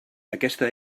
aquesta